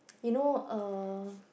you know uh